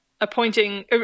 appointing